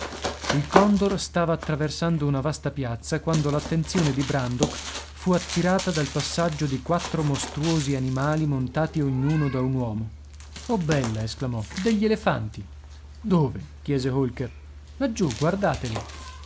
il condor stava attraversando una vasta piazza quando l'attenzione di brandok fu attirata dal passaggio di quattro mostruosi animali montati ognuno da un uomo oh bella esclamò degli elefanti dove chiese holker laggiù guardateli